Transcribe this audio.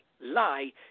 Lie